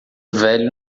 velho